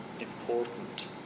important